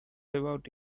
about